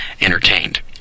entertained